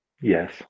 Yes